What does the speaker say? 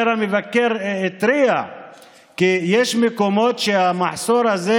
המבקר התריע כי יש מקומות שהמחסור הזה